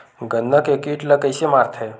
गन्ना के कीट ला कइसे मारथे?